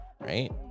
Right